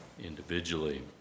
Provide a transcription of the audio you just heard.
individually